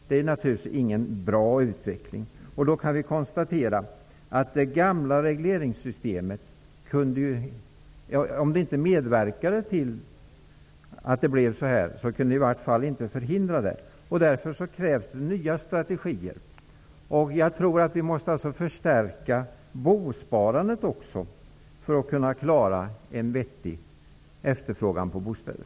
Det är naturligtvis ingen bra utveckling. Då kan vi konstatera att det gamla regleringssystemet -- om det inte medverkade till att det blev så här -- i varje fall inte kunde förhindra det. Därför krävs det nya strategier. Jag tror att vi alltså måste förstärka även bosparandet för att kunna klara en vettig efterfrågan på bostäder.